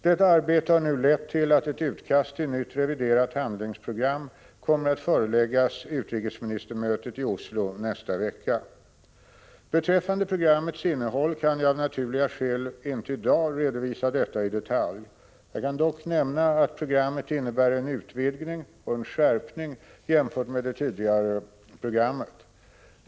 Detta arbete har nu lett till att ett utkast till nytt reviderat handlingsprogram kommer att föreläggas utrikesministermötet i Oslo nästa vecka. Beträffande programmets innehåll kan jag av naturliga skäl inte i dag redovisa detta i detalj. Jag kan dock nämna att programmet innebär en utvidgning och en skärpning jämfört med det tidigare programmet.